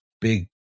big